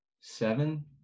Seven